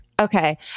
Okay